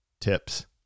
tips